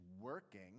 working